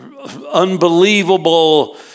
Unbelievable